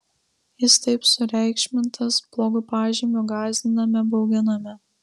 jis taip sureikšmintas blogu pažymiu gąsdiname bauginame